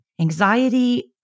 anxiety